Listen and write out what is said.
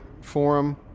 forum